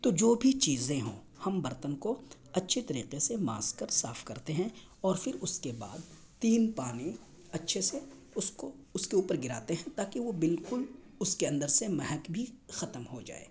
تو جو بھی چیزیں ہوں ہم برتن کو اچھی طریقے سے ماس کر صاف کرتے ہیں اور پھر اس کے بعد تین پانی اچھے سے اس کو اس کے اوپر گراتے ہیں تاکہ وہ بالکل اس کے اندر سے مہک بھی ختم ہو جائے